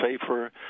safer